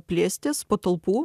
plėstis patalpų